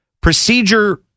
procedure